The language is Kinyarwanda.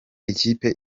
ikipe